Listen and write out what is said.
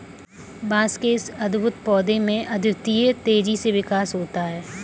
बांस के इस अद्भुत पौधे में अद्वितीय तेजी से विकास होता है